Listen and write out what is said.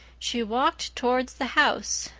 she walked toward the house,